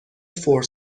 فور